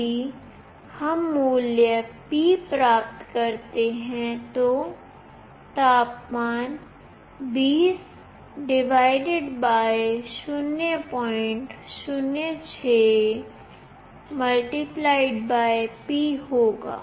यदि हममूल्य P प्राप्त करते हैं तो तापमान 20 006 P होगा